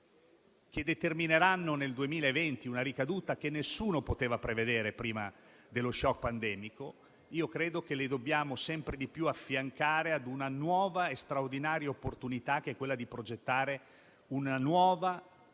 che determineranno nel 2020 una ricaduta che nessuno poteva prevedere prima dello *shock* pandemico, dobbiamo sempre di più affiancarli ad una nuova e straordinaria opportunità che è quella di progettare una nuova dinamica